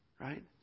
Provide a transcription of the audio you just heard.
right